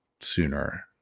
sooner